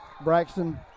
Braxton